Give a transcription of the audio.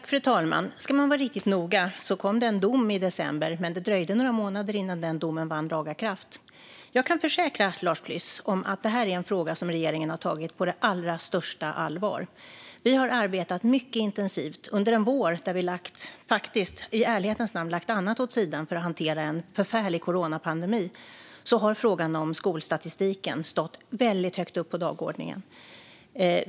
Fru talman! Ska man vara riktigt noga kom det en dom i december, men det dröjde några månader innan den domen vann laga kraft. Jag kan försäkra Lars Püss om att det här är en fråga som regeringen har tagit på allra största allvar. Vi har arbetat mycket intensivt. Under en vår där vi i ärlighetens namn lagt annat åt sidan för att hantera en förfärlig pandemi har frågan om skolstatistiken stått väldigt högt upp på dagordningen.